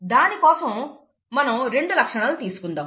దాని కోసం మనం రెండు లక్షణాలను తీసుకుందాం